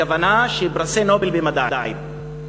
הכוונה: פרסי נובל במדעים.